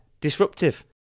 disruptive